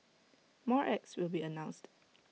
more acts will be announced